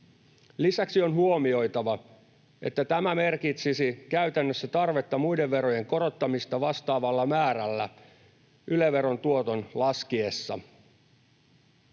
Lisäksi on huomioitava, että tämä merkitsisi käytännössä tarvetta muiden verojen korottamiseen vastaavalla määrällä Yle-veron tuoton laskiessa.